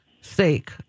steak